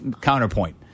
counterpoint